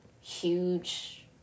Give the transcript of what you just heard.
huge